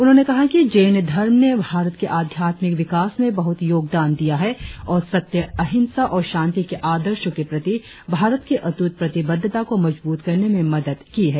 उन्होंने कहा कि जैन धर्म ने भारत के आध्यत्मिक विकास में बहुत योगदान दिया है और सत्य अहिंसा और शांति के आदर्शों के प्रति भारत की अट्रट प्रतिबद्धता को मजबूत करने में मदद की है